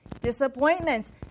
disappointments